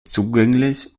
zugänglich